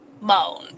moan